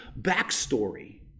backstory